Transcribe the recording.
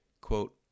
Quote